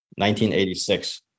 1986